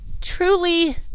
truly